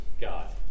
God